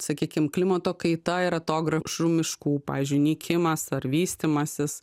sakykim klimato kaita ir atogrąžų miškų pavyzdžiui nykimas ar vystymasis